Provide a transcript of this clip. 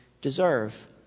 deserve